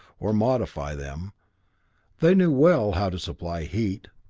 or modify them they knew well how to supply heat,